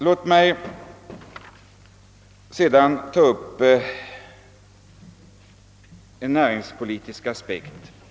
Låt mig sedan ta upp en näringspolitisk aspekt.